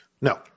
No